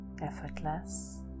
effortless